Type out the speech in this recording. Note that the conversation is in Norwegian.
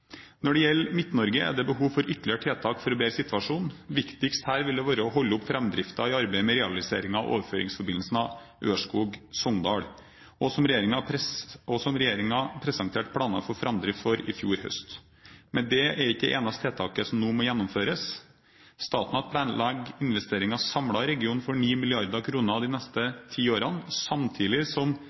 Når det gjelder Midt-Norge, er det behov for ytterligere tiltak for å bedre situasjonen. Viktigst her vil være å holde framdriften oppe i arbeidet med realiseringen av overføringsforbindelsen Ørskog–Sogndal, som regjeringen presenterte planer for framdrift for i fjor høst. Men dette er ikke det eneste tiltaket som nå må gjennomføres. Statnett planlegger investeringer samlet i regionen for 9 mrd. kr de neste ti årene, samtidig som